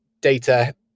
data